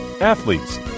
athletes